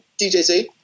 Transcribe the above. DJZ